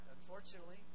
unfortunately